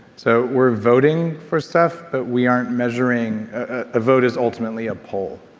so we're voting for stuff, but we aren't measuring. a vote is ultimately a poll.